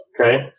okay